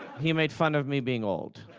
he made fun of me being old.